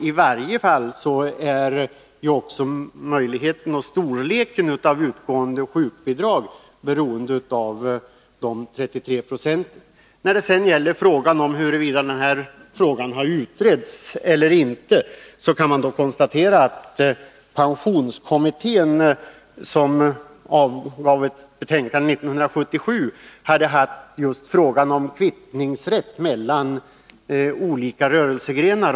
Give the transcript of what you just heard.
I varje fall är storleken av utgående sjukbidrag beroende av de 33 procenten. När det gäller att bedöma huruvida den här frågan har utretts eller inte, kan man konstatera att pensionskommittén, som avgav ett betänkande 1977, hade behandlat frågan om kvittningsrätt mellan olika rörelsegrenar.